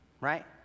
Right